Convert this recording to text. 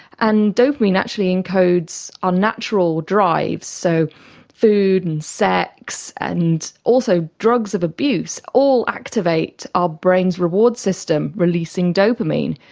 and dopamine actually encodes our natural drives, so food and sex and also drugs of abuse all activate our brain's reward system, releasing dopamine.